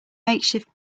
makeshift